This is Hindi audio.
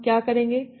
हम क्या करेंगे